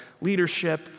leadership